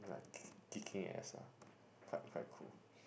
kicking ass ah quite quite cool